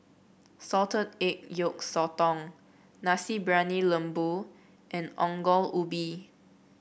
Salted Egg Yolk Sotong Nasi Briyani Lembu and Ongol Ubi